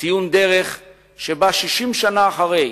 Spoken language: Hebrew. ציון דרך שבא 60 שנה אחרי,